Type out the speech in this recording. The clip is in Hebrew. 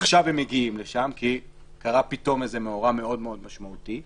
עכשיו הם מגיעים לשם כי קרה פתאום איזה מאורע מאוד מאוד משמעותי.